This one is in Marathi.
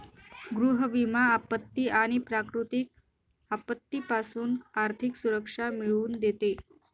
गृह विमा आपत्ती आणि प्राकृतिक आपत्तीपासून आर्थिक सुरक्षा मिळवून देते